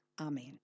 Amen